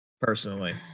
personally